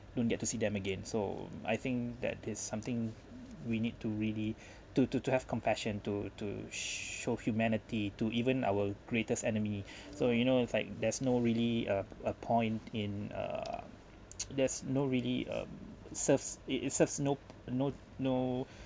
don't get to see them again so I think that is something we need to really to to to have compassion to to show humanity to even our greatest enemy so you know it's like there's no really a a point in uh there's no really um serves it it says nope not no